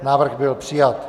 Návrh byl přijat.